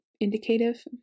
Indicative